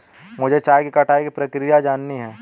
मुझे चाय की कटाई की प्रक्रिया जाननी है